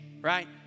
right